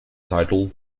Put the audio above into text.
title